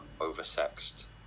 over-sexed